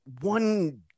one